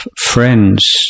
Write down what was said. friends